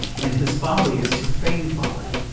and his folly is to feign folly.